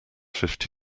fifty